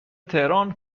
تهران